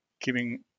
giving